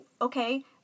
okay